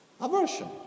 Aversion